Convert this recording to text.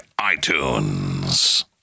iTunes